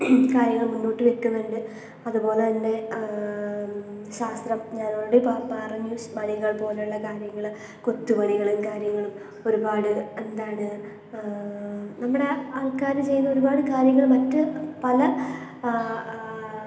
കാര്യങ്ങൾ മുന്നോട്ട് വെക്കുന്നുണ്ട് അതുപോലത്തന്നെ ശാസ്ത്രം ഞാൻ ഓൾറെഡി പറഞ്ഞു മണികൾ പോലുള്ള കാര്യങ്ങൾ കൊത്തുപണികളും കാര്യങ്ങളും ഒരുപാട് എന്താണ് നമ്മുടെ ആൾക്കാർ ചെയ്യുന്ന ഒരുപാട് കാര്യങ്ങൾ മറ്റ് പല